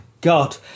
god